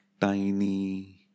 tiny